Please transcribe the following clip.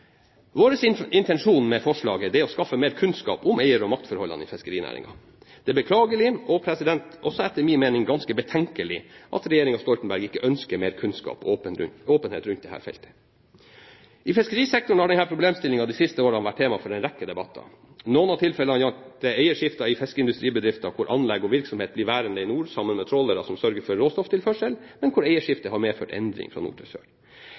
intensjon med forslaget er å skaffe mer kunnskap om eier- og maktforholdene i fiskerinæringen. Det er beklagelig, og etter min mening også ganske betenkelig, at regjeringen Stoltenberg ikke ønsker mer kunnskap og åpenhet rundt dette feltet. I fiskerisektoren har denne problemstillingen de siste årene vært tema for en rekke debatter. Noen av tilfellene gjaldt eierskifte i fiskeindustribedrifter, hvor anlegg og virksomhet blir værende i nord sammen med trålerne som sørger for råstofftilførselen, men hvor eierskifte har medført endring fra nord til sør.